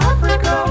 Africa